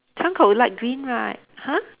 窗口 light green right !huh!